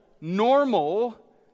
normal